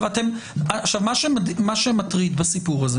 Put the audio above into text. מה שמטריד בסיפור הזה